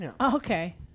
Okay